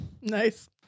Nice